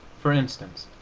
for instance,